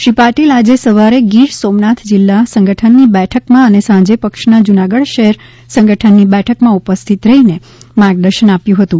શ્રી પાટિલે આજે સવારે ગીર સોમનાથ જિલ્લા સંગઠનની બેઠકમાં અને સાંજે પક્ષના જુનાગઢ શહેર સંગઠની બેઠકમાં ઉપસ્થિત રહીને માર્ગદર્શન આપ્યું હતું